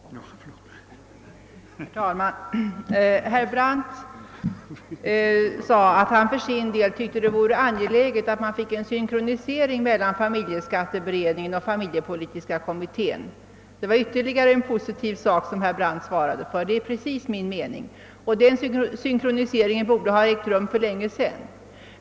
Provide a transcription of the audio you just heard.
Herr talman! Herr Brandt sade att han för sin del tyckte det var angeläget med en synkronisering av familjebeskattningens och familjepolitiska kommittens arbete. Det var ytterligare ett positivt uttalande av herr Brandt. Den synkroniseringen borde ha ägt rum för länge sedan.